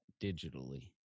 digitally